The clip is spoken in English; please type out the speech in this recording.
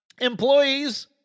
employees